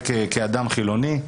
כאדם חילוני.